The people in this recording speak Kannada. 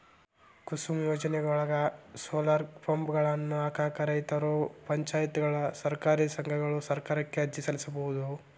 ಕುಸುಮ್ ಯೋಜನೆಯೊಳಗ, ಸೋಲಾರ್ ಪಂಪ್ಗಳನ್ನ ಹಾಕಾಕ ರೈತರು, ಪಂಚಾಯತ್ಗಳು, ಸಹಕಾರಿ ಸಂಘಗಳು ಸರ್ಕಾರಕ್ಕ ಅರ್ಜಿ ಸಲ್ಲಿಸಬೋದು